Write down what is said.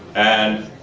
and.